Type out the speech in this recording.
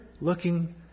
looking